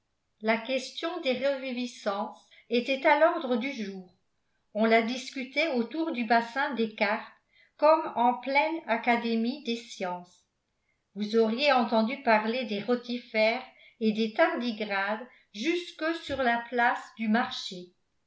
la question des reviviscences était à l'ordre du jour on la discutait autour du bassin des carpes comme en pleine académie des sciences vous auriez entendu parler des rotifères et des tardigrades jusque sur la place du marché